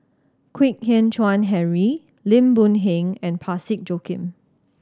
Kwek Hian Chuan Henry Lim Boon Heng and Parsick Joaquim